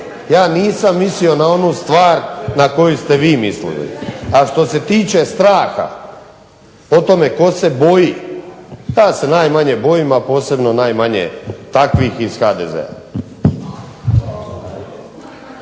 Ja nisam mislio na onu stvar na koju ste vi mislili. A što se tiče straha, o tome tko se boji, ja se najmanje bojim, a posebno najmanje takvih iz HDZ-a.